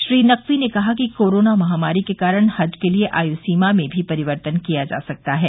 श्री नकवी ने कहा कि कोरोना महामारी के कारण हज के लिए आयु सीमा में भी परिवर्तन किया जा सकता है